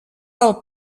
del